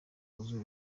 rwuzuye